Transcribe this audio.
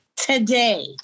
Today